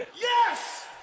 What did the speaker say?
Yes